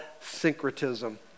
syncretism